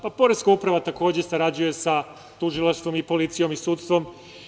Poreska uprava, takođe sarađuje sa tužilaštvom i policijom i sudstvom.